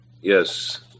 yes